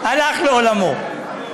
הלך לעולמו.